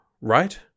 right